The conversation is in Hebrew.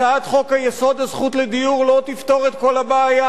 הצעת חוק-יסוד: הזכות לדיור לא תפתור את כל הבעיה,